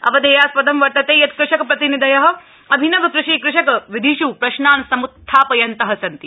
अवधेयास् दं वर्तते यत् कृषक प्रतिनिधय अभिनव कृषि कृषक विधिष् प्रश्नान् सम्त्था यन्तः सन्ति